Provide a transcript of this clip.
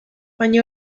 baina